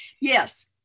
Yes